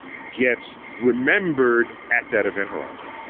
gets remembered at that event horizon.